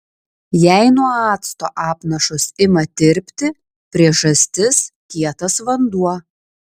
jei nuo acto apnašos ima tirpti priežastis kietas vanduo